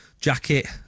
Jacket